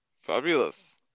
Fabulous